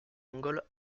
mongols